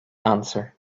answer